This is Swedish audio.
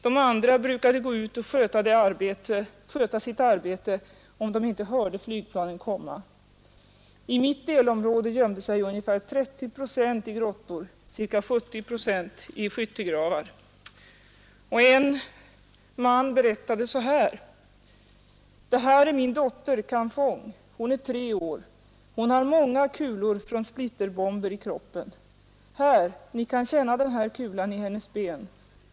De andra brukade gå ut och sköta deras arbete, om de inte hörde flygplanen komma. I mitt delområde gömde sig ungefär trettio procent i grottor, cirka sjuttio procent i skyttegravar.” En annan man berättade så här: ”Det här är min dotter, Khamphong. Hon är tre år. Hon har många kulor från splitterbomber i kroppen. Här, ni kan känna den här kulan i hennes ben.